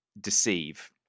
deceive